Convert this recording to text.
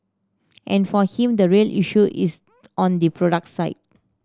and for him the real issue is on the product side